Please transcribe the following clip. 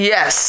Yes